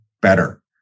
better